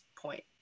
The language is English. point